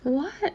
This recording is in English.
what